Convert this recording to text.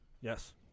Yes